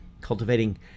cultivating